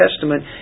Testament